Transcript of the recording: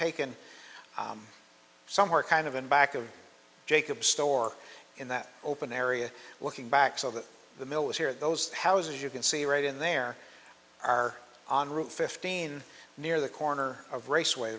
taken somewhere kind of in back of jacobs store in that open area looking back so that the mill is here those houses you can see right in there are on route fifteen near the corner of raceway